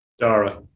Dara